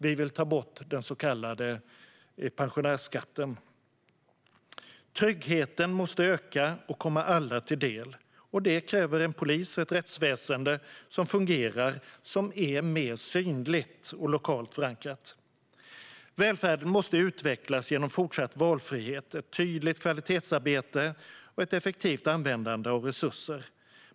Vi vill ta bort den så kallade pensionärsskatten. Tryggheten måste öka och komma alla till del, och detta kräver en polis och ett rättsväsen som fungerar och som är mer synliga och lokalt förankrade. Välfärden måste utvecklas genom fortsatt valfrihet, tydligt kvalitetsarbete och effektivt användande av resurser.